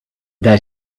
that